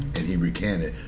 and he recanted.